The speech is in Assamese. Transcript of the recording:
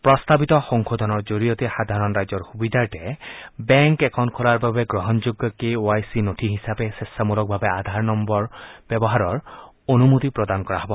প্ৰস্তাৱিত সংশোধনৰ জৰিয়তে সাধাৰণ ৰাইজৰ সুবিধাৰ্থে বেংক একাউণ্ট খোলাৰ বাবে গ্ৰহণযোগ্য কে ৱাই চি নথি হিচাপে স্ক্ষ্চামূলকভাৱে আধাৰ নম্বৰ ব্যৱহাৰৰ অনুমতি প্ৰদান কৰা হ'ব